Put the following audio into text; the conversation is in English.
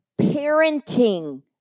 parenting